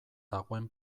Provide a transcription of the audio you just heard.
dagoen